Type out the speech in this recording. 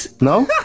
no